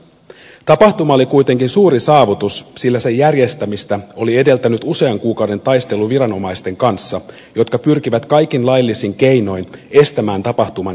tapahtuma oli kuitenkin suuri saavutus sillä sen järjestämistä oli edeltänyt usean kuukauden taistelu viranomaisten kanssa jotka pyrkivät kaikin laillisin keinoin estämään tapahtuman järjestämisen